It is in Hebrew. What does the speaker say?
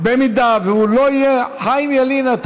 חיים ילין,